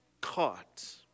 caught